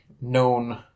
known